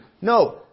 No